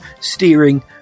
steering